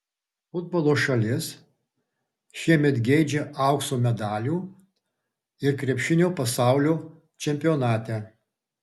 futbolo šalis šiemet geidžia aukso medalių ir krepšinio pasaulio čempionate